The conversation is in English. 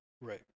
Right